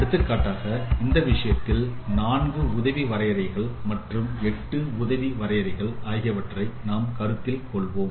எடுத்துக்காட்டாக இந்த விஷயத்தில் 4 உதவி வரையறைகள் அல்லது 8 உதவி வரையறைகள் ஆகியவற்றை நாம் கருத்தில் கொள்ளலாம்